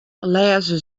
lêze